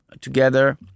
together